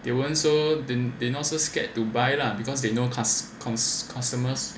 they weren't so then they not so scared to buy lah because they know cust~ cust~ customers